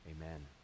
amen